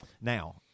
Now